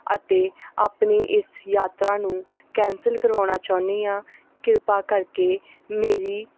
ਅਤੇ ਆਪਣੀ ਇਸ ਯਾਤਰਾ ਨੂੰ ਕੈਂਸਲ ਕਰਵਾਉਣਾ ਚਾਹੁੰਦੀ ਹਾਂ ਕਿਰਪਾ ਕਰਕੇ ਮੇਰੀ